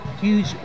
huge